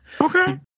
Okay